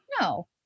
no